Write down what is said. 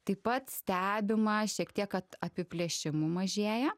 taip pat stebima šiek tiek kad apiplėšimų mažėja